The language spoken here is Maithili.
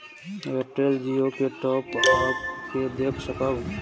एयरटेल जियो के टॉप अप के देख सकब?